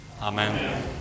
Amen